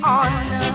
on